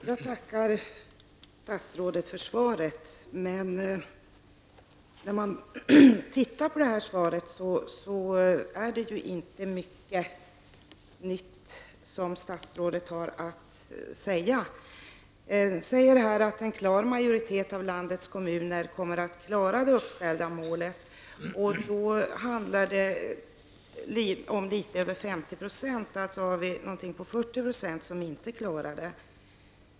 Herr talman! Jag tackar statsrådet för svaret, men när man tittar på det är det ju inte mycket nytt som statsrådet har att säga. Det sägs här att en klar majoritet av landets kommuner kommer att klara det uppställda målet. Det handlar om litet över 50 %-- alltså handlar det om ca 40 % som inte klarar det.